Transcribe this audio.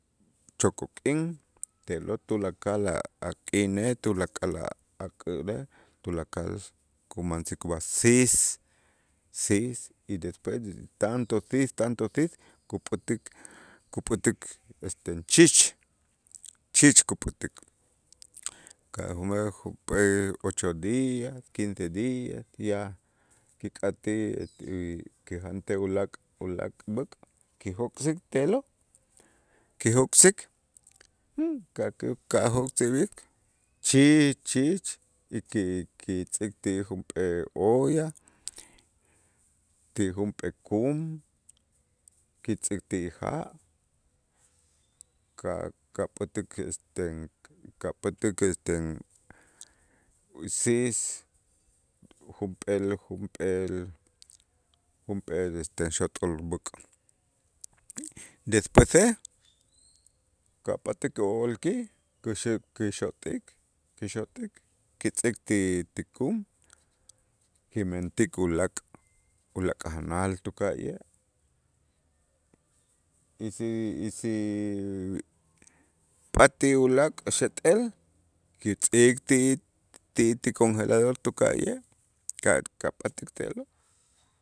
chokoj k'in te'lo' tulakal a'-a' k'inej tulakal a' k'inej tulakal kumansik ub'aj siis, siis y despues tanto siis tanto siis kupät'ik kupät'ik este chich chich kupät'ik, ka' junp'ee ocho días, quince días ya kik'atij kijantej ulaak' ulaak' b'äk' kijok'sik te'lo', kijok'sik ka' ku kajok'sib'ik chich chich ki- ki- kitz'ik ti junp'ee olla, ti junp'ee kum, kitz'ik ti ja' ka- kapät'äk este kapät'äk este siis junp'eel junp'eel junp'eel este xot'ol b'äk', despuese ka' pat'äk o'olkij kuxu kuxot'ik kixot'ik kitz'ik ti ti kum kimentik ulaak' ulaak' a' janal tuka'ye' y si y si patij ulaak' xeet'el kitz'ik ti- ti- ti conjelador tuka'ye' ka- kapat'äl te'lo'.